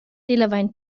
vaina